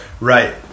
right